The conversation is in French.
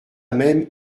même